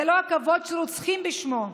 זה לא הכבוד שרוצחים בשמו.